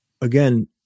again